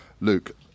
Luke